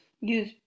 use